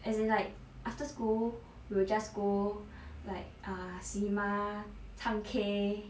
as in like after school we will just go like err cinema 唱 K